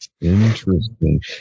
Interesting